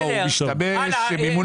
לא, הוא משתמש במימון ביניים.